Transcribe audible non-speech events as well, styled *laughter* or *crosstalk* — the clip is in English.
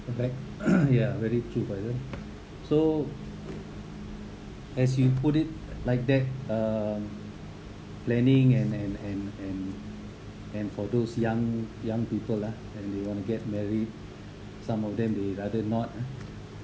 the back *coughs* ya very true faizal so as you put it like that uh planning and and and and and for those young young people lah and they want to get married some of them they rather not ah